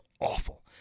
awful